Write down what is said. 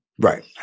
Right